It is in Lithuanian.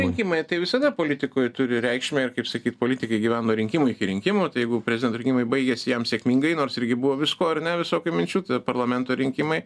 rinkimai tai visada politikoj turi reikšmę ir kaip sakyt politikai gyvena rinkimai iki rinkimų jeigu prezidento rinkimai baigėsi jam sėkmingai nors irgi buvo visko ar ne visokių minčių parlamento rinkimai